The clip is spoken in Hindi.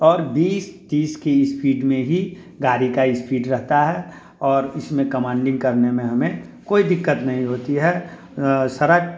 और बीस तीस की स्पीड में ही गाड़ी का स्पीड रहता है और इस में कमांडिंग करने में हमें कोई दिक्कत नहीं होती है सड़क